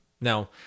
now